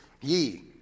ye